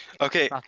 Okay